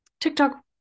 TikTok